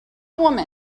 woman